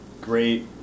Great